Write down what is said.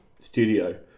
studio